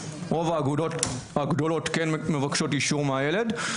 רוב האגודות הגדולות כן מבקשות אישור מהילד,